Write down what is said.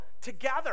together